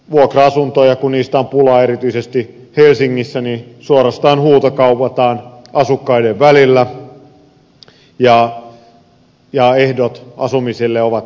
vuokra asuntoja kun niistä on pulaa erityisesti helsingissä suorastaan huutokaupataan asukkaiden välillä ja ehdot asumiselle ovat mitä sattuu